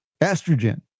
estrogen